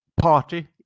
party